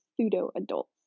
pseudo-adults